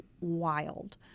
wild